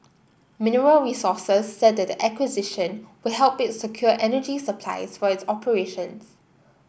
Mineral Resources said that the acquisition will help it secure energy supplies for its operations